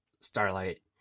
starlight